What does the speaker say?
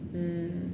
mm